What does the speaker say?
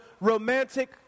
romantic